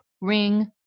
ring